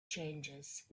changes